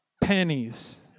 Pennies